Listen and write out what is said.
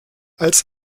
als